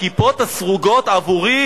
הכיפות הסרוגות עבורי